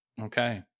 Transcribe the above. okay